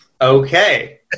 Okay